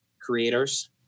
creators